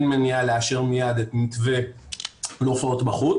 אין מניעה לאשר מיד את המתווה להופעות בחוץ,